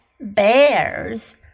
bears